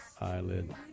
eyelid